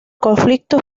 conflicto